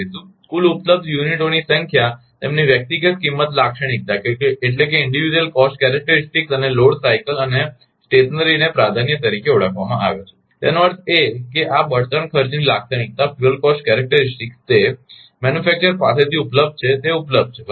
કુલ ઉપલબ્ધ યુનિટોની સંખ્યા તેમની વ્યક્તિગત કિંમત લાક્ષણિકતા અને લોડ સાઇકલ અને સ્થિરને પ્રાધાન્ય તરીકે ઓળખવામાં આવે છે તેનો અર્થ એ કે આ બળતણ ખર્ચની લાક્ષણિકતા તે ઉત્પાદક પાસેથી ઉપલબ્ધ છે તે ઉપલબ્ધ છે બરાબર